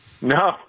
No